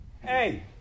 Hey